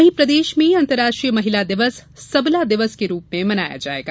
वहीं प्रदेश में अंतर्राष्ट्रीय महिला दिवस सबला दिवस के रूप में मनाया जायेगा